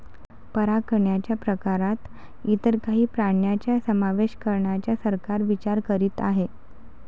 परागकणच्या प्रकारात इतर काही प्राण्यांचा समावेश करण्याचा सरकार विचार करीत आहे